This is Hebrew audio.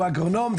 הוא אגרונום,